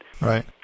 Right